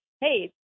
hey